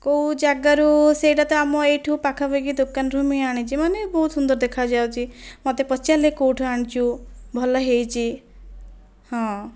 କେଉଁ ଜାଗାରୁ ସେଟା ତ ଆମ ଏଠୁ ପାଖ ପାଖି ଦୋକାନରୁ ମୁଁ ହି ଆଣିଛି ମାନେ ବହୁତ ସୁନ୍ଦର ଦେଖା ଯାଉଛି ମତେ ପଚାରିଲେ କୋଉଠୁ ଆଣିଛୁ ଭଲ ହୋଇଛି ହଁ